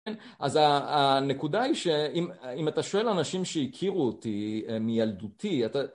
אז הנקודה היא שאם אתה שואל אנשים שהכירו אותי מילדותי